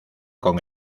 con